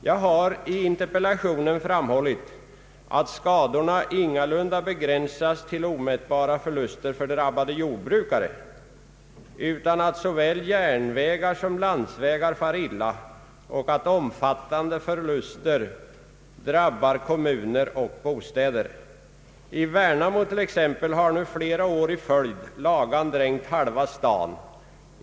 Jag har i interpellationen framhållit att skadorna ingalunda begränsas till omätbara förluster för drabbade jordbrukare, utan att såväl järnvägar som landsvägar far illa och att omfattande förluster drabbar kommuner och husägare. I t.ex. Värnamo har nu flera år i följd Lagan dränkt halva staden.